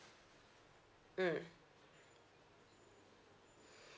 mm